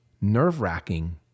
nerve-wracking